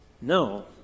No